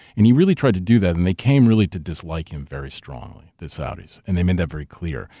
and he really tried to do that. and they came really to dislike him very strongly. the saudis. and they made that very clear.